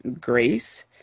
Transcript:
grace